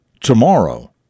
tomorrow